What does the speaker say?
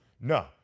No